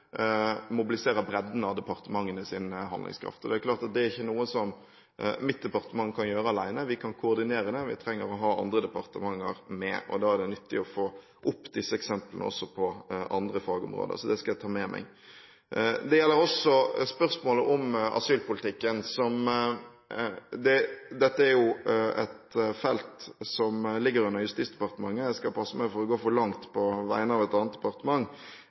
mitt departement kan gjøre alene. Vi kan koordinere det, men vi trenger å ha andre departementer med. Da er det nyttig å få opp disse eksemplene også på andre fagområder, så det skal jeg ta med meg. Det gjelder også spørsmålet om asylpolitikken. Det er et felt som ligger under Justis- og politidepartementet. Jeg skal passe meg for å gå for langt på vegne av et annet departement,